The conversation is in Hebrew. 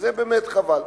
וזה באמת חבל.